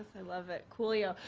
i love it, coolio.